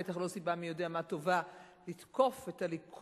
בטח לא סיבה מי יודע מה טובה לתקוף את הליכוד,